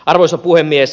arvoisa puhemies